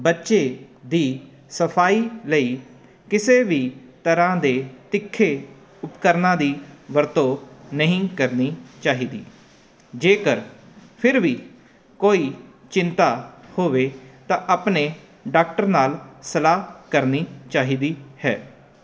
ਬੱਚੇ ਦੀ ਸਫਾਈ ਲਈ ਕਿਸੇ ਵੀ ਤਰ੍ਹਾਂ ਦੇ ਤਿੱਖੇ ਉਪਕਰਨਾਂ ਦੀ ਵਰਤੋਂ ਨਹੀਂ ਕਰਨੀ ਚਾਹੀਦੀ ਜੇਕਰ ਫਿਰ ਵੀ ਕੋਈ ਚਿੰਤਾ ਹੋਵੇ ਤਾਂ ਆਪਣੇ ਡਾਕਟਰ ਨਾਲ ਸਲਾਹ ਕਰਨੀ ਚਾਹੀਦੀ ਹੈ